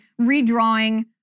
redrawing